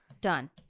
done